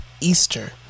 Easter